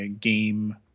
game